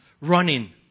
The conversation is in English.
running